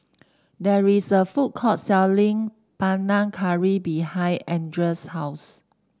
there is a food court selling Panang Curry behind Andra's house